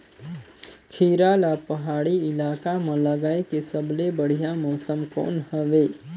खीरा ला पहाड़ी इलाका मां लगाय के सबले बढ़िया मौसम कोन हवे?